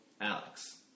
Alex